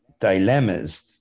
dilemmas